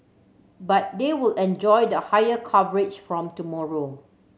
but they will enjoy the higher coverage from tomorrow